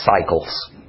cycles